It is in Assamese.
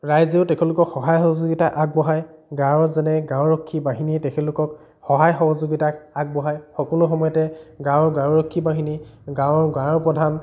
ৰাইজেও তেখেতলোকক সহায় সহযোগিতা আগবঢ়ায় গাঁৱৰ যেনে গাঁওৰক্ষী বাহিনীয়ে তেখেতলোকক সহায় সহযোগিতাক আগবঢ়ায় সকলো সময়তে গাঁৱৰ গাঁওৰক্ষী বাহিনী গাঁৱৰ গাঁওপ্ৰধান